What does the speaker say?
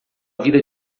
vida